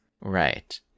Right